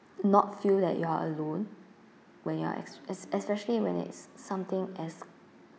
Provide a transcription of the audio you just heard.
not feel that you are alone when you are es~ es~ especially when it's something as